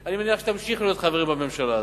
אני מניח שתמשיכו להיות חברים בממשלה הזאת.